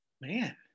Man